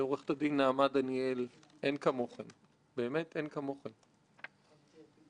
ועכשיו הגעתי למסקנה שאולי כאשר אהיה גדול כדאי לי להתעסק בזה,